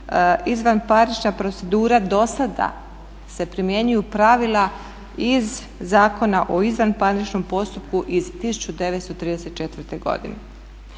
izvanparnična procedura dosada su se primjenjivala pravila iz Zakona o izvanparničnom postupku iz 1934. godine.